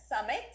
Summit